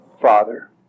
Father